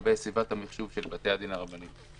לגבי המחשוב של בתי-הדין הרבניים.